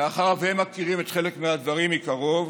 מאחר שהם מכירים חלק מהדברים מקרוב,